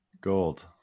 gold